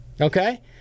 Okay